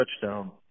touchdown